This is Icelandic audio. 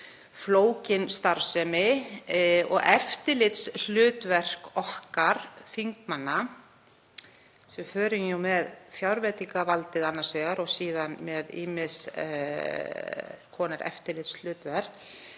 flókin starfsemi. Eftirlitshlutverk okkar þingmanna, sem förum með fjárveitingavaldið annars vegar og síðan með ýmiss konar eftirlitshlutverk,